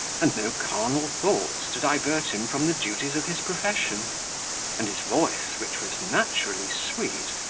and no carnal thoughts to divert him from the duties of his profession and his voice, which was naturally sweet,